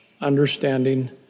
understanding